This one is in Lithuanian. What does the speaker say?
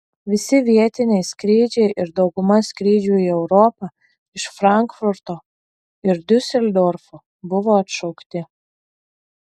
visi vietiniai skrydžiai ir dauguma skrydžių į europą iš frankfurto ir diuseldorfo buvo atšaukti